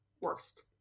worst